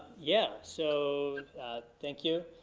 yeah, so and thank you.